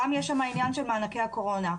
יש שם את עניין מענקי הקורונה.